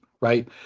right